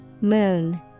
Moon